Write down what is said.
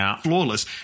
flawless